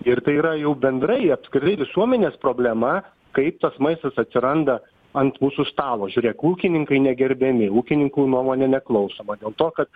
ir tai yra jau bendrai apskritai visuomenės problema kaip tas maistas atsiranda ant mūsų stalo žiūrėk ūkininkai negerbiami ūkininkų nuomonė neklausoma dėl to kad